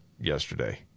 yesterday